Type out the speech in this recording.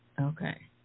Okay